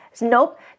Nope